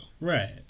Right